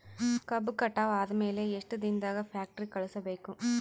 ಕಬ್ಬು ಕಟಾವ ಆದ ಮ್ಯಾಲೆ ಎಷ್ಟು ದಿನದಾಗ ಫ್ಯಾಕ್ಟರಿ ಕಳುಹಿಸಬೇಕು?